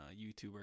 YouTuber